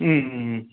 ம் ம்